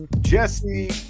Jesse